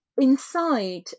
inside